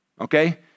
okay